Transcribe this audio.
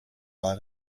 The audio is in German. war